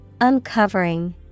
uncovering